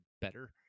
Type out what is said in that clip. better